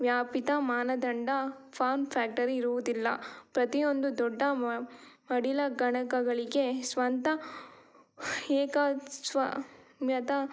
ವ್ಯಾಪಿತ ಮಾನದಂಡ form factor ಇರುವುದಿಲ್ಲ ಪ್ರತಿಯೊಂದು ದೊಡ್ಡ ಮಡಿಲ ಗಣಕಗಳಿಗೆ ಸ್ವಂತ ಏಕ ಸ್ವಾಮ್ಯತ